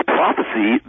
prophecy